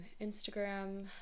Instagram